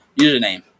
username